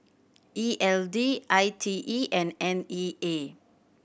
E L D I T E and N E A